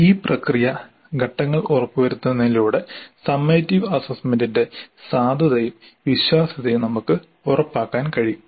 ഈ പ്രക്രിയ ഘട്ടങ്ങൾ ഉറപ്പുവരുത്തുന്നതിലൂടെ സമ്മേറ്റിവ് അസ്സസ്സ്മെന്റിന്റെ സാധുതയും വിശ്വാസ്യതയും നമുക്ക് ഉറപ്പാക്കാൻ കഴിയും